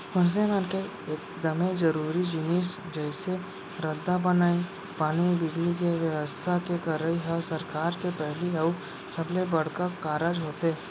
मनसे मन के एकदमे जरूरी जिनिस जइसे रद्दा बनई, पानी, बिजली, के बेवस्था के करई ह सरकार के पहिली अउ सबले बड़का कारज होथे